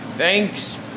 Thanks